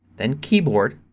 then keyboard,